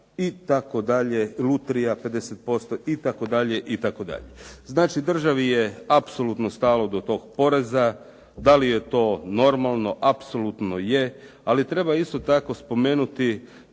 itd., Lutrija 50% itd., itd. Znači državi je apsolutno stalo do tog poreza. Da li je to normalno? Apsolutno je. Ali treba isto tako spomenuti